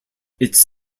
its